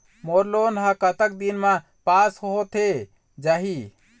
मोर loan हा कतक दिन मा पास होथे जाही?